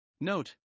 Note